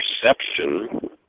perception